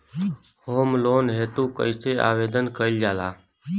Home loan हेतु कइसे आवेदन कइल जाला?